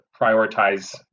prioritize